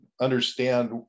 understand